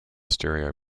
stereo